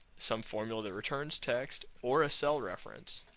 some formula that returns text, or a cell reference.